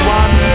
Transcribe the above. one